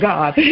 God